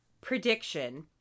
prediction